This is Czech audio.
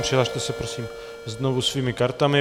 Přihlaste se prosím znovu svými kartami.